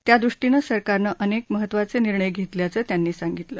त्यादृष्टीनं सरकारनं अनेक महत्वाचे निर्णय घेतल्याचं त्यांनी सांगितलं